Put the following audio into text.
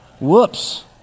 Whoops